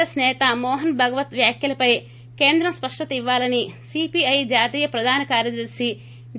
yes సేత మోహన్ భగవత్ వ్యాఖ్యలపై కేంద్రం స్పష్టత ఇవ్వాలని సీపీఐ జాతీయ ప్రధాన కార్యదర్ని డి